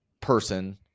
person